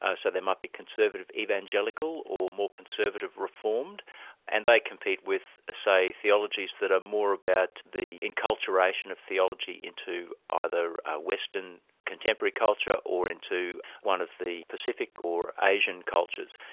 ah so there might be conservative evangelical or more conservative reformed and they compete with ah say theologies that are more about the enculturation of theology into either western contemporary culture or into one of the pacific or asian cultures.